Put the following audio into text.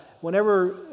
Whenever